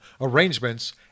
arrangements